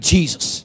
Jesus